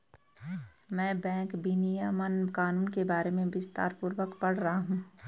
मैं बैंक विनियमन कानून के बारे में विस्तारपूर्वक पढ़ रहा हूं